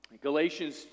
Galatians